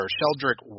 Sheldrick